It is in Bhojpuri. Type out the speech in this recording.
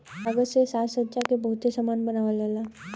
कागज से साजसज्जा के बहुते सामान बनावल जाला